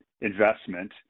investment